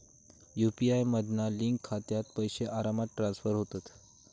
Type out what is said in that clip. UPI मधना link खात्यात पैशे आरामात ट्रांसफर होतत